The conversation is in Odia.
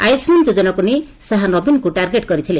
ଆୟୁଷ୍ଣାନ ଯୋଜନାକୁ ନେଇ ସାହା ନବୀନଙ୍କୁ ଟାର୍ଗେଟ୍ କରିଥିଲେ